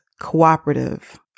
cooperative